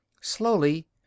Slowly